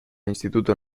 instituto